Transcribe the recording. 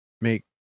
make